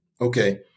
Okay